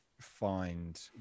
find